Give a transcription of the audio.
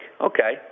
Okay